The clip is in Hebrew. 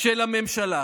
של הממשלה.